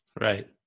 Right